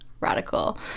radical